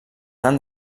tant